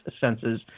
senses